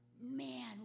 man